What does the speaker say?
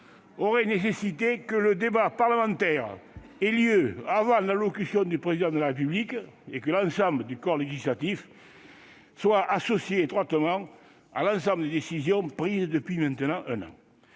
aurait nécessité que le débat parlementaire ait lieu avant l'allocution du Président de la République et que l'ensemble du corps législatif soit étroitement associé à toutes les décisions prises depuis maintenant un an.